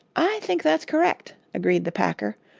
i think that's correct, agreed the packer.